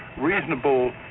reasonable